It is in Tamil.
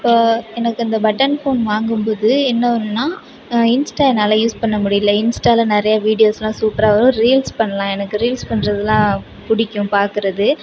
இப்போது எனக்கு இந்த பட்டன் ஃபோன் வாங்கும் போது என்ன ஒன்றுன்னா இன்ஸ்டா என்னால யூஸ் பண்ண முடியல இன்ஸ்டாவில் நிறையா வீடியோஸ்லாம் சூப்பராக வரும் ரீல்ஸ் பண்ணலாம் எனக்கு ரீல்ஸ் பண்ணுறதுலாம் பிடிக்கும் பாக்கிறது